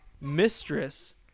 mistress